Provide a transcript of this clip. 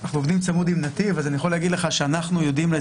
אנחנו עובדים צמוד עם נתיב אז אני יכול להגיד לך שאנחנו יודעים מי